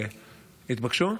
התבקשו?